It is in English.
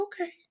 okay